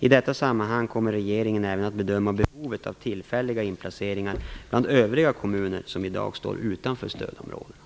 I detta sammanhang kommer regeringen även att bedöma behovet av tillfälliga inplaceringar bland övriga kommuner som i dag står utanför stödområdena.